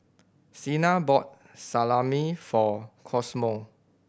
Cena bought Salami for Cosmo